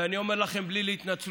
ואני אומר לכם בלי התנצלות: